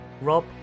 Rob